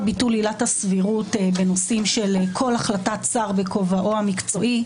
ביטול עילת הסבירות בנושאים של כל החלטת שר בכובעו המקצועי,